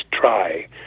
try